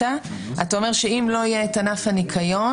אתה אומר שאם לא יהיה את ענף הניקיון,